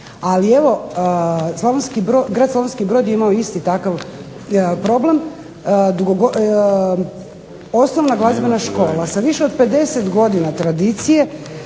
Brod, grad Slavonski Brod je imao isti takav jedan problem. Osnovna glazbena škola sa više od 50 godina tradicije